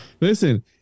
listen